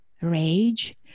rage